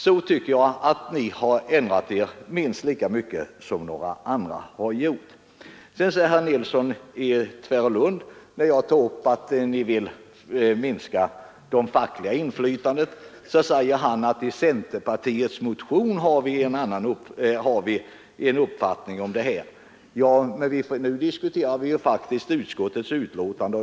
Jag tycker att ni har ändrat er minst lika mycket som några andra. Beträffande vad jag sade om att ni vill minska det fackliga inflytandet, säger herr Nilsson i Tvärålund att ”i centerpartiets motion har vi en annan uppfattning”. Men nu diskuterar vi faktiskt utskottets betänkande.